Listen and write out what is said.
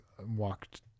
walked